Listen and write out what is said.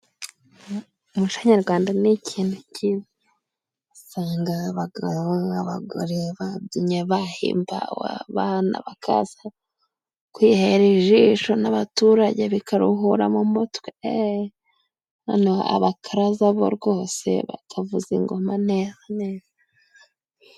Umuco nyarwanda ni ikintu usanga abagabo, n'abagore babyinnye bahimbawe bakaza kwhera ijisho n'abaturage bikaruhura mu mutwe, abakaraza bo rwose bakavuza ingoma nera neza.